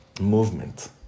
movement